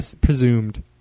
Presumed